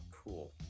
Cool